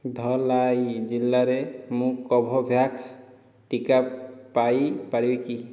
ଧଲାଈ ଜିଲ୍ଲାରେ ମୁଁ କୋଭୋଭ୍ୟାକ୍ସ ଟିକା ପାଇପାରିବି କି